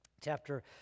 chapter